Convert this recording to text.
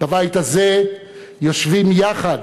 בבית הזה יושבים יחד,